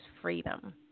freedom